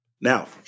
Now